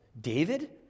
David